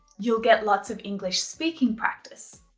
you'll get lots of english speaking practice.